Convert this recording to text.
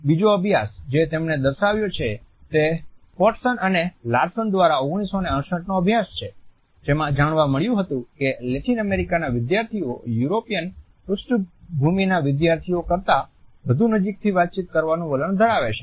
બીજો અભ્યાસ જે તેમણે દર્શાવ્યો છે તે ફોર્ટ્સન અને લાર્સન દ્વારા 1968 નો અભ્યાસ છે જેમાં જાણવા મળ્યું હતું કે લેટિન અમેરિકાના વિધાર્થીઓ યુરોપિયન પૃષ્ટભૂમિના વિદ્યાર્થીઓ કરતા વધુ નજીકથી વાતચીત કરવાનું વલણ ધરાવે છે